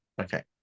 okay